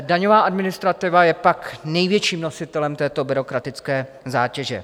Daňová administrativa je pak největším nositelem této byrokratické zátěže.